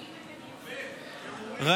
אופיר, תגנה גם אתה את "השמאלנים בוגדים".